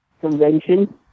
convention